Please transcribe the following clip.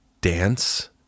dance